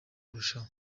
kurushaho